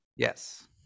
Yes